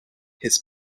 his